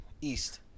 East